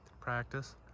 Practice